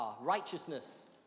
Righteousness